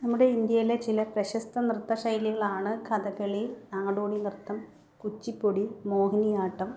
നമ്മുടെ ഇന്ത്യയിലെ ചില പ്രശസ്ത നൃത്ത ശൈലികളാണ് കഥകളി നാടോടി നൃത്തം കുച്ചിപ്പുടി മോഹിനിയാട്ടം